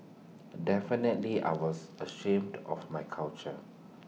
definitely I was ashamed of my culture